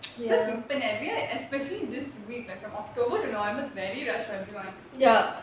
because இப்போ நெறய:ippo neraya expecting this week ah from october to november very rough on everyone